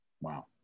Wow